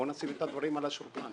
בואו נשים את הדברים על השולחן.